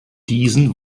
diesen